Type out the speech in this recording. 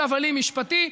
הבל הבלים משפטי.